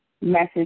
message